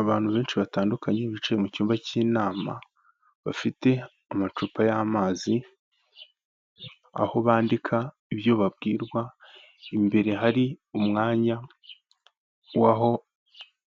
Abantu benshi batandukanye, bicaye mu cyumba cy'inama, bafite amacupa y'amazi, aho bandika ibyo babwirwa, imbere hari umwanya w'aho